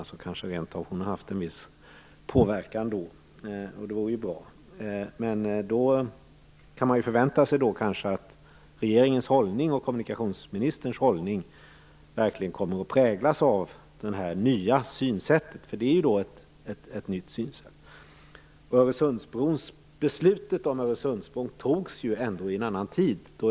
Hon har kanske rent av haft en viss påverkan. Det vore ju bra. Man kan kanske förvänta sig att regeringens och kommunikationsministerns hållning verkligen kommer att präglas av det nya synsättet, för det är ett nytt synsätt. Beslutet om Öresundsbron togs ju ändå i en annan tid.